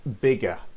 bigger